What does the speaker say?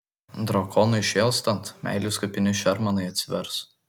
drakonui šėlstant meilės kupini šermanai atsivers